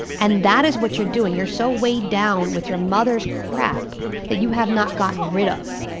and that is what you're doing. you're so weighed down with your mother's crap that you have not gotten rid off,